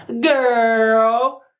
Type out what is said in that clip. girl